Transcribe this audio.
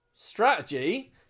Strategy